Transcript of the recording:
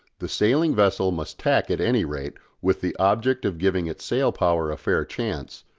the sailing vessel must tack at any rate with the object of giving its sail power a fair chance,